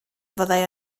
fyddai